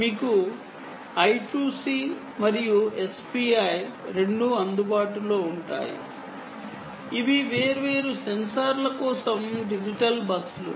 మీకు I2C మరియు SPI రెండూ అందుబాటులో ఉంటాయి ఇవి వేర్వేరు సెన్సార్ల కోసం డిజిటల్ బస్సులు